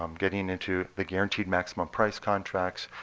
um getting into the guaranteed maximum price contracts,